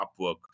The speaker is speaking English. Upwork